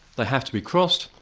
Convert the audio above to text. they have to be crossed,